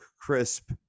crisp